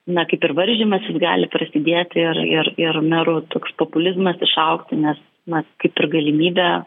na kaip ir varžymasis gali prasidėti ir ir ir merų toks populizmas išaugti nes na kaip ir galimybė